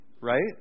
right